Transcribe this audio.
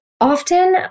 often